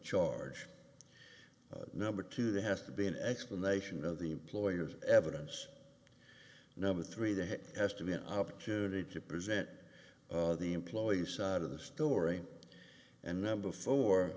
charge number two they have to be an explanation of the employer's evidence number three that has to be an opportunity to present the employee's side of the story and number fo